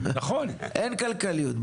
אין כלכליות.